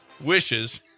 wishes